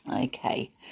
Okay